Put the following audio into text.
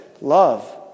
love